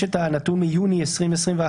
יש את הנתון מיוני 2021,